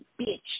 bitch